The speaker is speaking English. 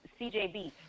CJB